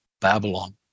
Babylon